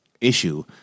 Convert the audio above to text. issue